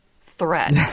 threat